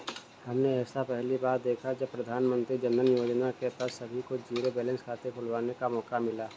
हमने ऐसा पहली बार देखा है जब प्रधानमन्त्री जनधन योजना के तहत सभी को जीरो बैलेंस खाते खुलवाने का मौका मिला